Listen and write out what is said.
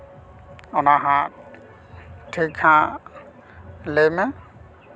ᱚᱱᱟ ᱦᱟᱜ ᱴᱷᱤᱠ ᱦᱟᱜ ᱞᱟᱹᱭ ᱢᱮ